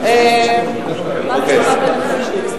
מה סוכם ביניכם?